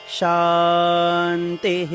shanti